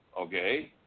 okay